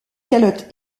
calotte